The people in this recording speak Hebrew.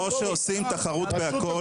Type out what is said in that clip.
או שעושים תחרות בכל --- רשות